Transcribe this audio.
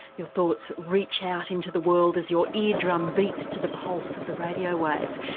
your thought reach out into the world as your eardrum beats to the pulse of the radio waves.